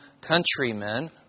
countrymen